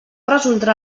resoldrà